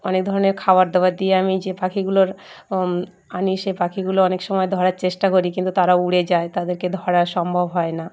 অনেক ধরনের খাবার দাবার দিয়ে আমি যে পাখিগুলোর আনি সেই পাখিগুলো অনেক সময় ধরার চেষ্টা করি কিন্তু তারা উড়ে যায় তাদেরকে ধরা সম্ভব হয় না